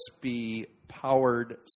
USB-powered